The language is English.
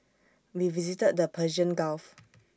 we visited the Persian gulf